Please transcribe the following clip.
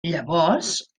llavors